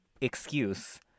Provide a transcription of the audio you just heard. excuse